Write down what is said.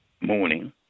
morning